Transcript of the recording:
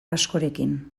askorekin